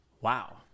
Wow